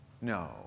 No